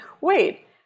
wait